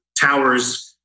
towers